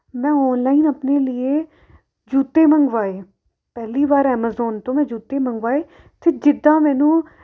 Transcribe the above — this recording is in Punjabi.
ਮੈਂ ਔਨਲਾਈਨ ਆਪਣੇ ਲੀਏ ਜੁੱਤੇ ਮੰਗਵਾਏ ਪਹਿਲੀ ਵਾਰ ਐਮਾਜ਼ੋਨ ਤੋਂ ਮੈਂ ਜੁੱਤੇ ਮੰਗਵਾਏ ਅਤੇ ਜਿੱਦਾਂ ਮੈਨੂੰ